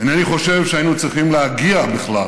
אינני חושב שהיינו צריכים להגיע בכלל